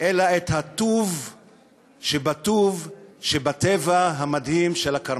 אלא את הטוב שבטוב שבטבע המדהים של הכרמל.